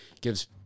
Gives